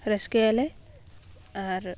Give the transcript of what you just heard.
ᱨᱟᱹᱥᱠᱟᱹᱭ ᱟᱞᱮ ᱟᱨ